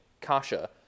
Kasha